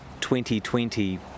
2020